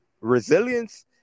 resilience